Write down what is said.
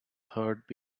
third